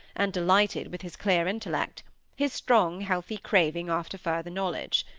and delighted with his clear intellect his strong healthy craving after further knowledge.